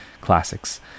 Classics